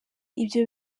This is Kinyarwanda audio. ibyo